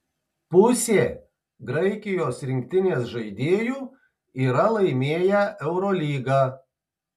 pusė graikijos rinktinės žaidėjų yra laimėję eurolygą